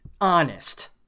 honest